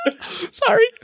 Sorry